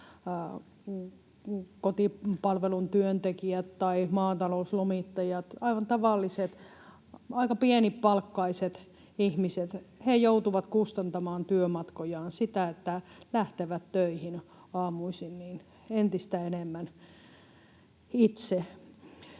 kotipalvelun työntekijät tai maatalouslomittajat, aivan tavalliset aika pienipalkkaiset ihmiset, joutuvat kustantamaan työmatkojaan — sitä, että lähtevät töihin aamuisin — entistä enemmän itse.